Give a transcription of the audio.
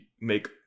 make